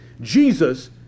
Jesus